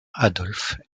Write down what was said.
adolphe